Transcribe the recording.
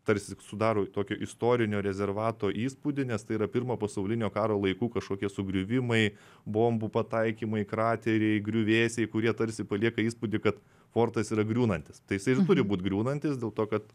tarsi sudaro tokio istorinio rezervato įspūdį nes tai yra pirmo pasaulinio karo laikų kažkokie sugriuvimai bombų pataikymai krateriai griuvėsiai kurie tarsi palieka įspūdį kad fortas yra griūnantis tai jisai ir turi būt griūnantis dėl to kad